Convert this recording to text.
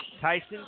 Tyson